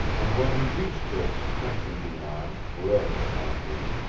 and when he reached this country beyond, wherever it might be,